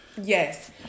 yes